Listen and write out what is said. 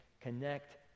connect